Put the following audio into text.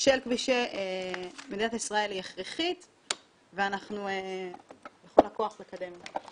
של כבישי מדינת ישראל היא הכרחית ואנחנו בכל הכוח נקדם את זה.